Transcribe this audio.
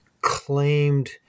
claimed